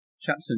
chapter